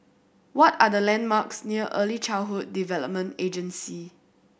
what are the landmarks near Early Childhood Development Agency